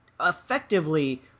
effectively